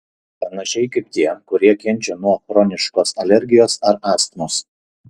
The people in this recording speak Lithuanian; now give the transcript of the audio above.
panašiai kaip tie kurie kenčia nuo chroniškos alergijos ar astmos